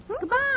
Goodbye